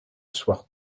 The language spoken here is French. soir